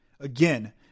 Again